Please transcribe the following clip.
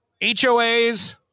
HOAs